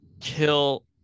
kill